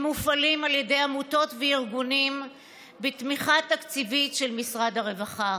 הם מופעלים על ידי עמותות וארגונים בתמיכה תקציבית של משרד הרווחה.